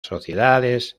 sociedades